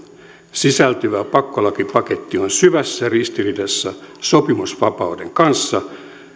sisältyvä pakkolakipaketti on syvässä ristiriidassa sopimusvapauden kanssa